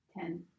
Ten